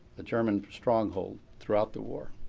the german stronghold throughout the war.